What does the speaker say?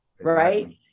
right